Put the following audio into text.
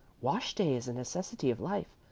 wash-day is a necessity of life.